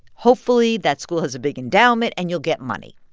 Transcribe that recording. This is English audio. hopefully that school has a big endowment and you'll get money.